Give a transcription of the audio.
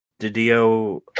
DiDio